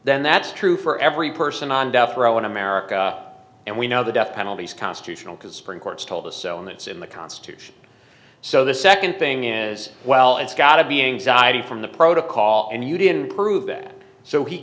then that's true for every person on death row in america and we know the death penalty is constitutional because supreme courts told us so and that's in the constitution so the second thing as well it's got to be anxiety from the protocol and you didn't prove that so he